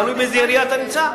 תלוי באיזו עיר אתה נמצא.